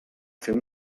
fer